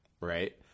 right